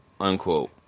unquote